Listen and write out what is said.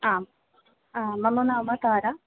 आम् आं मम नाम तारा